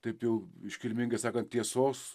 taip jau iškilmingai sakant tiesos